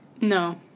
No